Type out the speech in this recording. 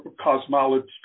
cosmology